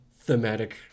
thematic